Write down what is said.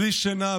בלי שינה,